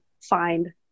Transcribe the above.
find